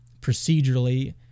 procedurally